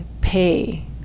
pay